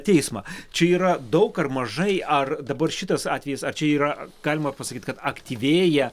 teismą čia yra daug ar mažai ar dabar šitas atvejis ar čia yra galima pasakyt kad aktyvėja